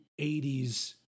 80s